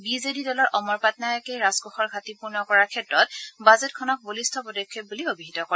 B J D দলৰ অমৰ পাটনায়কে ৰাজকোষৰ ঘাটি পূৰ্ণ কৰাৰ ক্ষেত্ৰত বাজেটখনক বলিষ্ঠ পদক্ষেপ বুলি অভিহিত কৰে